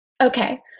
Okay